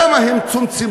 למה הם צומצמו,